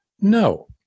no